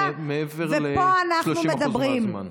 את חורגת כבר מעבר ל-30% מהזמן.